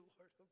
Lord